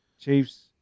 Chiefs